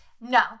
No